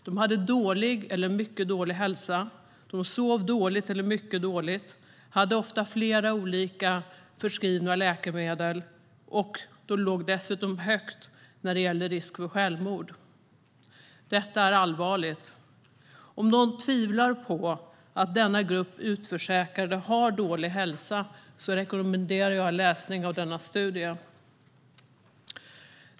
De hade dålig eller mycket dålig hälsa, sov dåligt eller mycket dåligt, hade ofta flera olika förskrivna läkemedel och låg dessutom högt när det gäller risk för självmord. Detta är allvarligt. Om någon tvivlar på att denna grupp utförsäkrade har dålig hälsa rekommenderar jag läsning av denna studie.